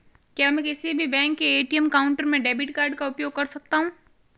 क्या मैं किसी भी बैंक के ए.टी.एम काउंटर में डेबिट कार्ड का उपयोग कर सकता हूं?